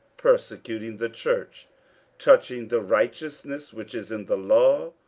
persecuting the church touching the righteousness which is in the law,